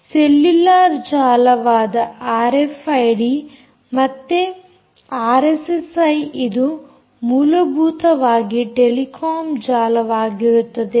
cellular ಜಾಲವಾದ RFID ಮತ್ತೆ RSSI ಇದು ಮೂಲಭೂತವಾಗಿ ಟೆಲಿಕಾಂ ಜಾಲವಾಗಿರುತ್ತದೆ